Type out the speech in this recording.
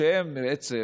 למרות שהם בעצם